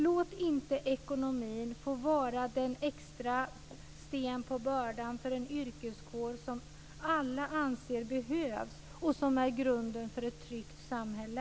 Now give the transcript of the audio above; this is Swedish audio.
Låt inte ekonomin få vara den extra sten på bördan för den yrkeskår som alla anser behövs och som är grunden för ett tryggt samhälle.